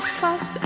fuss